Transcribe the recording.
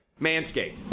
Manscaped